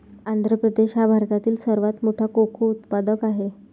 आंध्र प्रदेश हा भारतातील सर्वात मोठा कोको उत्पादक आहे